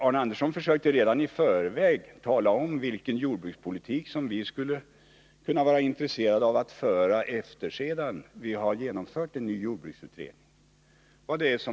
Arne Andersson försökte redan i förväg tala om vilken jordbrukspolitik som vi socialdemokrater skulle kunna vara intresserade av att föra på grundval av en ny jordbruksutredning.